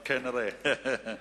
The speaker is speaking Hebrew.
כנראה.